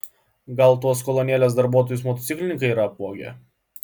gal tuos kolonėlės darbuotojus motociklininkai yra apvogę